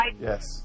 yes